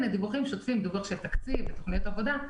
דיווחים של תקציב ותוכניות עבודה,